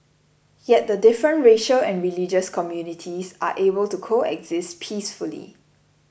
yet the different racial and religious communities are able to coexist peacefully